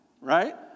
Right